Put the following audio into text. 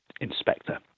inspector